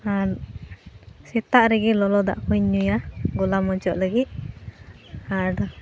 ᱟᱨ ᱥᱮᱛᱟᱜ ᱨᱮᱜᱮ ᱞᱚᱞᱚ ᱫᱟᱜᱠᱚᱧ ᱧᱩᱭᱟ ᱜᱚᱞᱟ ᱢᱚᱡᱚᱜ ᱞᱟᱹᱜᱤᱫ ᱟᱨ